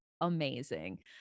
amazing